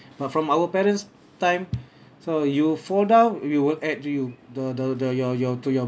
but from our parents time so you fall down we will add you the the the your your to your